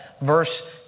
verse